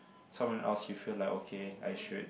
someone else you feel like okay I should